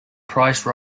price